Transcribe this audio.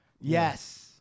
Yes